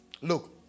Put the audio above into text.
Look